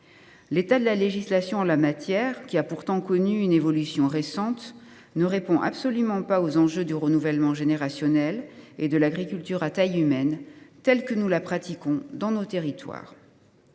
l’état de la législation, qui a pourtant connu une évolution récente, ne répond absolument pas aux enjeux du renouvellement générationnel et de l’agriculture à taille humaine telle que nous la pratiquons dans nos territoires.